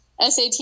SAT